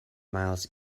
miles